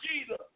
Jesus